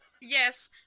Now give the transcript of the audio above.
Yes